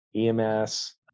EMS